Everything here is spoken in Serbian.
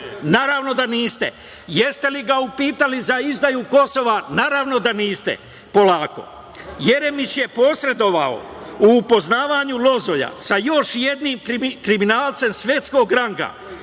Naravno da niste? Jeste li ga upitali za izdaju Kosova? Naravno da niste. Polako. Jeremić je posredovao u upoznavanju Lozolja sa još jednim kriminalcem svetskog ranga,